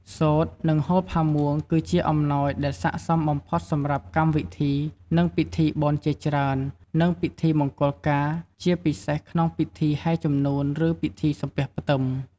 សូត្រ និងហូលផាមួង គឺជាអំណោយដែលស័ក្តិសមបំផុតសម្រាប់កម្មវិធី និងពិធីបុណ្យជាច្រើន និងពិធីមង្គលការ ជាពិសេសក្នុងពិធីហែជំនូន ឬពិធីសំពះផ្ទឹម ។